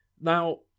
Now